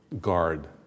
Guard